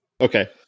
Okay